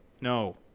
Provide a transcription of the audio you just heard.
No